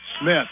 Smith